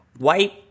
White